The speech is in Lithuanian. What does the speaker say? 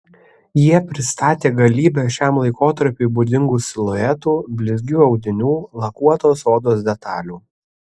jie pristatė galybę šiam laikotarpiui būdingų siluetų blizgių audinių lakuotos odos detalių